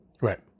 Right